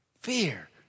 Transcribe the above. Fear